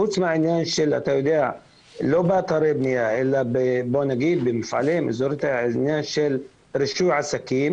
חוץ מעניין של רישוי עסקים.